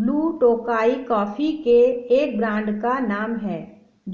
blue Tokai coffee के एक brand का नाम है